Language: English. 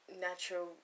natural